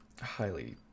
highly